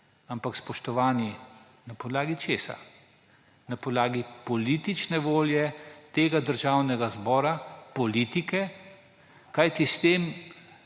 Ampak spoštovani, na podlagi česa? Na podlagi politične volje tega državnega zbora, politike, kajti s tem